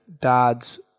dads